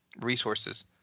resources